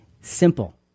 Simple